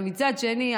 מצד שני,